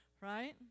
Right